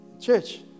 Church